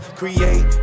create